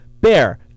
Bear